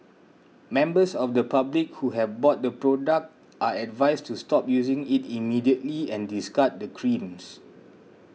members of the public who have bought the product are advised to stop using it immediately and discard the creams